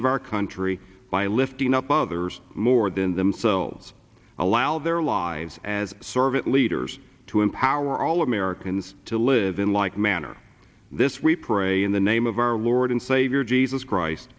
of our country by lifting up others more than themselves allow their lives as servant leaders to empower all americans to live in like manner this we pray in the name of our lord and savior jesus christ